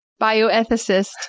bioethicist